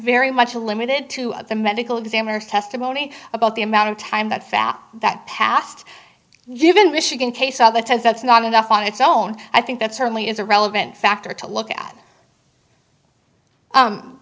very much a limited to the medical examiner's testimony about the amount of time that fact that passed given michigan case law that says that's not enough on its own i think that certainly is a relevant factor to look